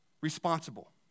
responsible